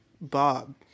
Bob